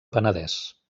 penedès